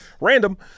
random